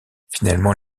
finalement